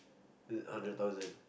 a hundred thousand